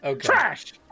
Trash